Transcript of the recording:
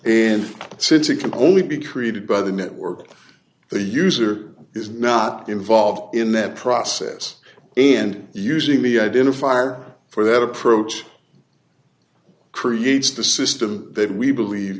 and since it can only be created by the network the user is not involved in that process and using the identifier for that approach creates the system that we believe